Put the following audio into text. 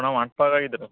कोणा वाटपा काय किदे रे